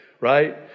right